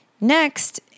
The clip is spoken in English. Next